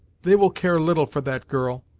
they will care little for that, girl.